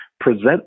present